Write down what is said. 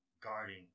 guarding